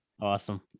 Awesome